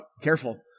careful